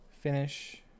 finish